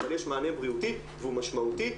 אבל יש מענה בריאותי והוא משמעותי,